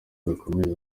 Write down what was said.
bikomeye